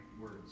Words